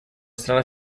strana